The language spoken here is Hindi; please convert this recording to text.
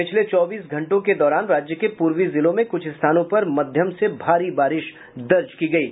पिछले चौबीस घंटों के दौरान राज्य के पूर्वी जिलों में कुछ स्थानों पर मध्यम से भारी बारिश दर्ज की गयी